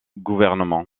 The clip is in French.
gouvernement